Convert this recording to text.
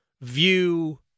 view